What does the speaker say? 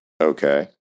okay